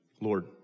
Lord